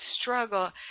struggle